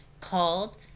called